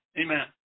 Amen